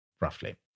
roughly